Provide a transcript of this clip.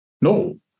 No